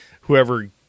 whoever